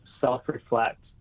self-reflect